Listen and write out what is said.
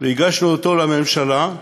והגשנו אותו לממשלה,